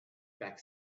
back